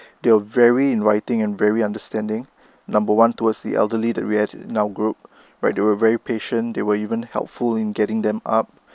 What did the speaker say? they're very inviting and very understanding number one towards the elderly that we had in our group right they were very patient they were even helpful in getting them up